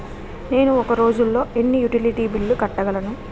నేను ఒక రోజుల్లో ఎన్ని యుటిలిటీ బిల్లు కట్టగలను?